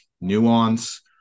nuance